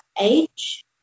age